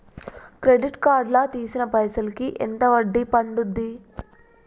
Credit card లా తీసిన పైసల్ కి ఎంత వడ్డీ పండుద్ధి?